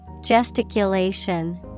Gesticulation